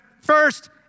first